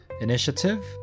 initiative